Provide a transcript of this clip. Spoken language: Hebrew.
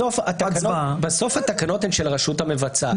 בסוף התקנות הן של הרשות המבצעת,